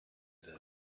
them